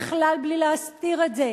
בכלל בלי להסתיר את זה.